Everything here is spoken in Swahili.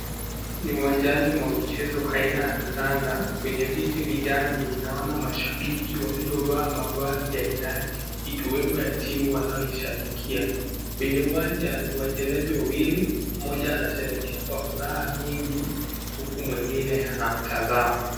Ni uwanjani mwa michezo aina ya kandanda, kwenye viti vijani ninaona mashabiki waliovaa mavazi aina ainati, ikiwemo ya timu wanaoishabikia, kwenye uwanja ni wachezaji wawili, mmoja anasherekea kwa furaha mingi, huku mwingine anamtazama.